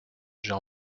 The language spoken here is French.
j’ai